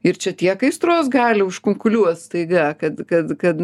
ir čia tiek aistros gali užkunkuliuot staiga kad kad kad